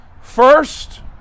First